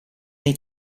nei